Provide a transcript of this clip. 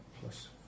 plus